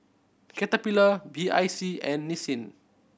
Caterpillar B I C and Nissin